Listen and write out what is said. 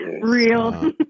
Real